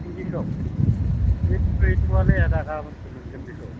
सिंगिखौ बे गैथ'यालै आदा गाबोनसो मोनगोन बेखौ